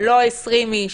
- לא 20 איש,